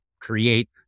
create